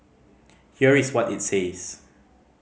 here is what it says